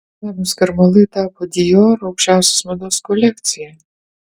benamių skarmalai tapo dior aukštosios mados kolekcija